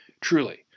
Truly